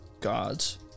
God's